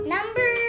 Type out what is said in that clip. Number